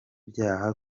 byaha